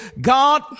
God